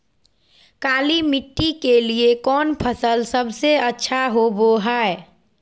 काली मिट्टी के लिए कौन फसल सब से अच्छा होबो हाय?